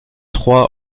trois